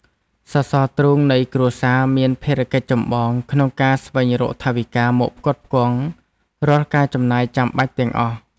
សសរទ្រូងនៃគ្រួសារមានភារកិច្ចចម្បងក្នុងការស្វែងរកថវិកាមកផ្គត់ផ្គង់រាល់ការចំណាយចាំបាច់ទាំងអស់។